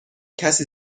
کسی